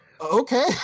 okay